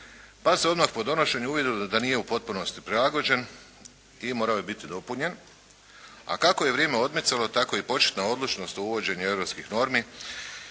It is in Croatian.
pa se odmah po donošenju uvidjelo da nije u potpunosti prilagođen i morao je biti dopunjen, a kako je vrijeme odmicalo tako i početna odlučnost u uvođenju europskih normi